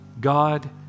God